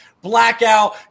blackout